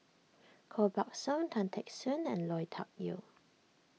Koh Buck Song Tan Teck Soon and Lui Tuck Yew